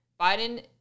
Biden